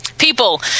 people